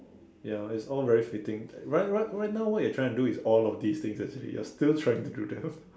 ya it's all very fitting right right right now what you're trying to do is all of these things actually you're still trying to do them